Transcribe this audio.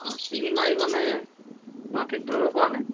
অ শিঙিমাৰী মানে মই ঠিক ধৰিব পৰা নাই